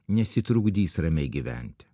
nes ji trukdys ramiai gyventi